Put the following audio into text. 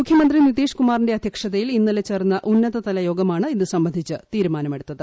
മുഖ്യമന്ത്രി നിതിഷ്കുമാറിന്റെ അധ്യക്ഷതയിൽ ഇന്നലെ ഉന്നതതലയോഗമാണ് ഇത് സംബന്ധിച്ച് തീരുമാനമെടുത്തത്